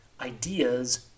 Ideas